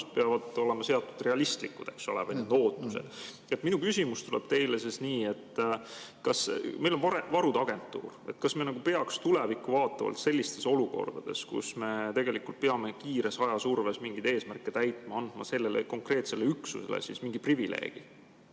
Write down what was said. peavad olema seatud realistlikud, eks ole. Minu küsimus teile tuleb siis nii, et meil on varude agentuur. Kas me peaks tulevikku vaatavalt sellistes olukordades, kus me tegelikult peame kiires ajasurves mingeid eesmärke täitma, andma sellele konkreetsele üksusele mingi privileegi?